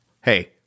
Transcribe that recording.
Hey